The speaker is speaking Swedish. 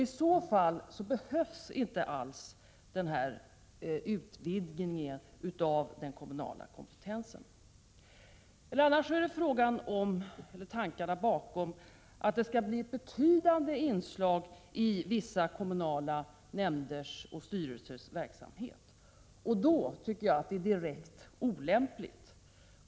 I så fall behövs inte alls denna utvidgning av den kommunala kompetensen. Eller också är tankarna bakom förslaget att det skall bli fråga om ett betydande inslag i vissa kommunala nämnders och styrelsers verksamhet. I så fall tycker jag att det är direkt olämpligt.